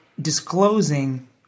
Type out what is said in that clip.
disclosing